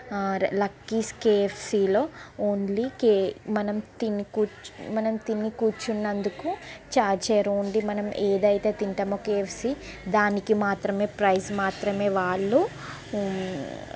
ఆ లక్కీస్ కేఎఫ్సీ లో ఓన్లీ కే మనం తిని కుర్చు మనం తిని కూర్చునంతుకు చార్జ్ చేయరు ఓన్లీ మనం ఏదయితే తింటామో కేఎఫ్సీ దానికి మాత్రమే ప్రైస్ మాత్రమే వాళ్ళు